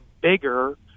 bigger